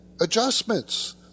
adjustments